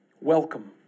Welcome